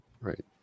right